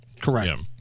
Correct